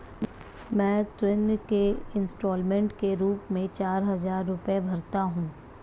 मैं ऋण के इन्स्टालमेंट के रूप में चार हजार रुपए भरता हूँ